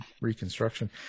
Reconstruction